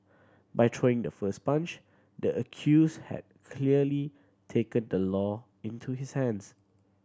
by throwing the first punch the accused had clearly taken the law into his hands